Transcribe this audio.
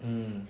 mm